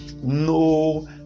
no